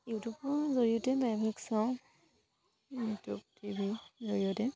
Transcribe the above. ইউটিউবৰ জৰিয়তে প্ৰায়ভাগ চাওঁ ইউটিউব টিভিৰ জৰিয়তে